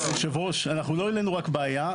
יושב הראש, אנחנו לא העלנו רק בעיה.